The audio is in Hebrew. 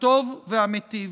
הטוב והמיטיב".